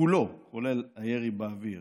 כולל הירי באוויר,